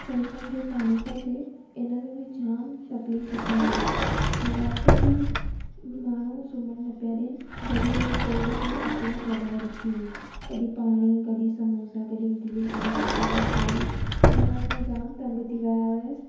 पइसनि जो पाणी पियो थिए हिन में बि जाम तक़लीफ़ थी हुई पोइ राति जो बि माण्हू सुम्हण न पिया ॾिअनि घड़ी घड़ी कोई ना कोई अचु वञु लॻाए रखी हुई कॾहिं पाणी कॾहिं समोसा कॾहिं इडली कॾहिं रोटीअ जी थाली मना असां जाम तंग थी विया हुयसि